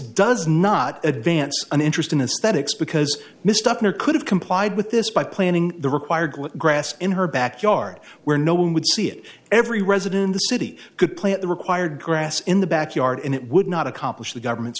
does not advance an interest in a statics because mr could have complied with this by planning the required grass in her back yard where no one would see it every resident the city could plant the required grass in the backyard and it would not accomplish the government's